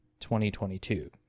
2022